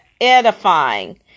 edifying